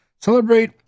Celebrate